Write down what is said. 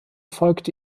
folgte